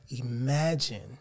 Imagine